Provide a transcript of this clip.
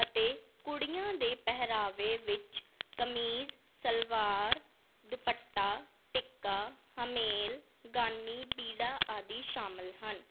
ਅਤੇ ਕੁੜੀਆਂ ਦੇ ਪਹਿਰਾਵੇ ਵਿੱਚ ਕਮੀਜ਼ ਸਲਵਾਰ ਦੁਪੱਟਾ ਟਿੱਕਾ ਹਮੇਲ ਗਾਨੀ ਪੀੜਾ ਆਦਿ ਸ਼ਾਮਿਲ ਹਨ